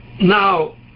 now